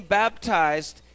baptized